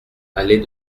allée